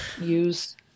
use